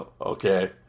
Okay